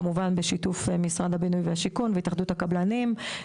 כמובן בשיתוף משרד הבינוי והשיכון והתאחדות הקבלנים,